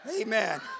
Amen